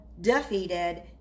defeated